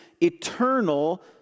eternal